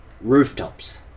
rooftops